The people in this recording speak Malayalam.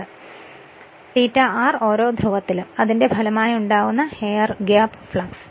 എന്തുകൊണ്ടാണ് ഈ വസ്തു കൈമാറുന്നത് ∅r എന്നത് ഓരോ ധ്രുവത്തിലും അതിന്റെ ഫലമായുണ്ടാകുന്ന എയർ ഗ്യാപ് ഫ്ളക്സ്